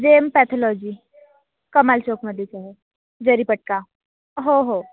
जे M pathology Kamal चौकमध्येच आहे जरीपटका हो हो